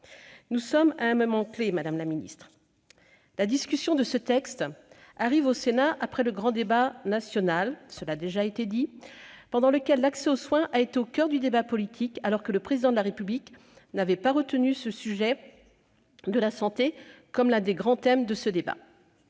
Nous sommes à un moment clé, madame la ministre. Ce texte arrive en discussion au Sénat après le grand débat national- cela a déjà été dit -, pendant lequel l'accès aux soins a été au coeur du débat politique, alors que le Président de la République n'avait pas retenu le sujet de la santé parmi les grands thèmes de cette